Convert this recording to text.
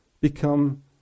become